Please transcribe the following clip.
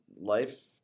life